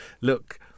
look